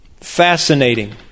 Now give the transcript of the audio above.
Fascinating